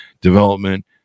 development